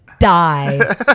Die